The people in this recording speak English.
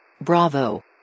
Bravo